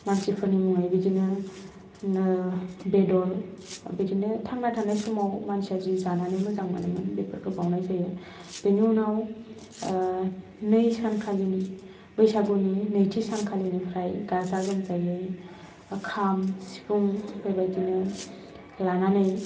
मानसिफोरनि मुङै बिदिनो नो बेदर बिदिनो थांना थानाय समाव मानसिया जि जानानै मोजां मोनोमोन बेफोरखौ बावनाय जायो बेनि उनाव नै सानखालिनि बैसागुनि नैथि सानखालिनिफ्राय गाजा गोमजायै खाम सिफुं बेबायदिनो लानानै